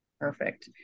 Perfect